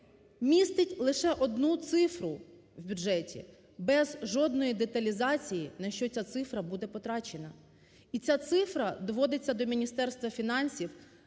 містить лише одну цифру в бюджеті, без жодної деталізації, на що ця цифра буде потрачена. І ця цифра доводиться до Міністерства фінансів